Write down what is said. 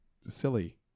silly